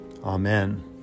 Amen